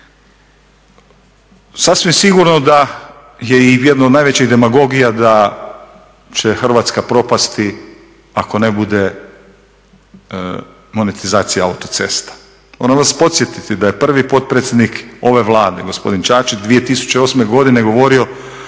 Sasvim sigurno da je i jedno od najvećih demagogija da će Hrvatska propasti ako ne bude monetizacije autocesta. Moram vas podsjetiti da je prvi potpredsjednik ove Vlade, gospodin Čačić 2008.godine govorio